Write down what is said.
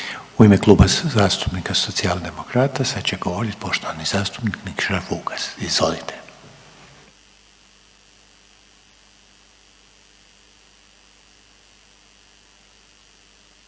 U ime Kluba zastupnika Socijaldemokrata sad će govoriti poštovani zastupnik Nikša Vukas. Izvolite.